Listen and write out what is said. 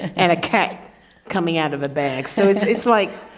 and a cat coming out of a bag. so it's it's like,